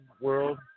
world